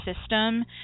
system